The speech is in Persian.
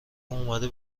اومده